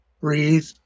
breathe